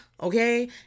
okay